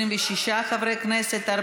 26 חברי כנסת,